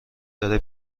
داره